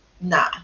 nah